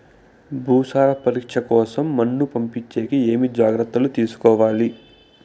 భూసార పరీక్ష కోసం మన్ను పంపించేకి ఏమి జాగ్రత్తలు తీసుకోవాలి?